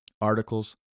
articles